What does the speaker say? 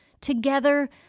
Together